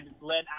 led